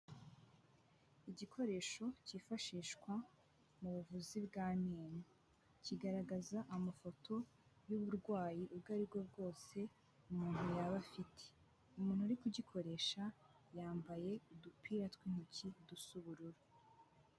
Igikoresho cyifashishwa mu buvuzi bw'amenyo, kigaragaza amafoto y'uburwayi ubwo aribwo bwose umuntu yaba afite. Umuntu uri kugikoresha yambaye udupira tw'intoki dusa ubururu.